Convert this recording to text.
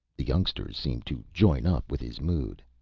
the youngsters seemed to join up with his mood.